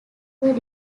were